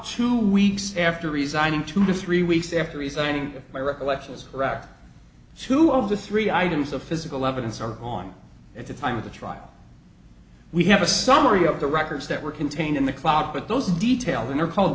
two weeks after resigning two to three weeks after resigning my recollection is correct two of the three items of physical evidence are on at the time of the trial we have a summary of the records that were contained in the cloud but those details when they're called